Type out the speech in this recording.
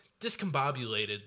discombobulated